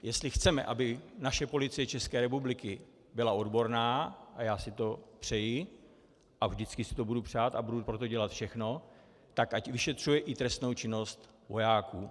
Jestli chceme, aby naše Policie České republiky byla odborná, a já si to přeji a vždycky si to budu přát a budu pro to dělat všechno, tak ať vyšetřuje i trestnou činnost vojáků.